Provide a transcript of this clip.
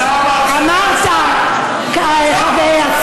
יצא המרצע מהשק.